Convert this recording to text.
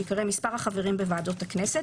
שייקרא מספר החברים בוועדות הכנסת,